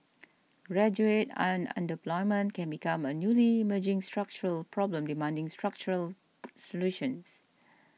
graduate on underemployment can become a newly emerging structural problem demanding structural solutions